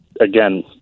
again